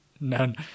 None